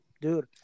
dude